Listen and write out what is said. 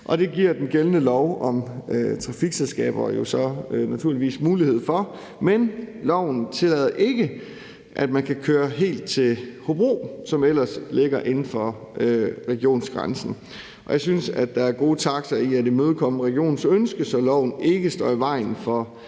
og det giver den gældende lov om trafikselskaber jo så naturligvis mulighed for, men loven tillader ikke, at man kan køre helt til Hobro, som ellers ligger inden for regionsgrænsen. Jeg synes, at der er gode takter i at imødekomme regionens ønske, så loven ikke står i vejen for